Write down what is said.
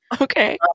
okay